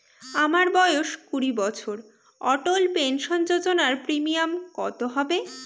আমার বয়স কুড়ি বছর অটল পেনসন যোজনার প্রিমিয়াম কত হবে?